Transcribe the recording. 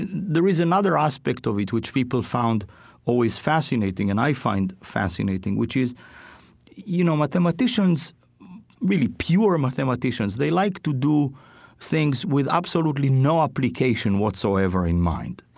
there is another aspect of it, which people found always fascinating, and i find fascinating, which is you know, mathematicians really pure mathematicians they like to do things with absolutely no application whatsoever in mind.